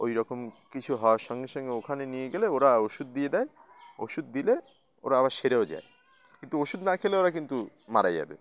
ওইরকম কিছু হওয়ার সঙ্গে সঙ্গে ওখানে নিয়ে গেলে ওরা ওষুধ দিয়ে দেয় ওষুধ দিলে ওরা আবার সেরেও যায় কিন্তু ওষুধ না খেলে ওরা কিন্তু মারা যাবে